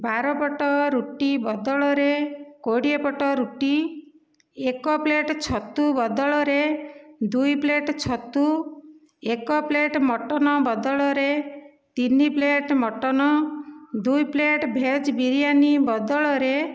ବାର ପଟ ରୁଟି ବଦଳରେ କୋଡ଼ିଏ ପଟ ରୁଟି ଏକ ପ୍ଲେଟ ଛତୁ ବଦଳରେ ଦୁଇ ପ୍ଲେଟ ଛତୁ ଏକ ପ୍ଲେଟ ମଟନ ବଦଳରେ ତିନି ପ୍ଲେଟ ମଟନ ଦୁଇ ପ୍ଲେଟ ଭେଜ ବିରିୟାନୀ ବଦଳରେ